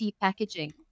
packaging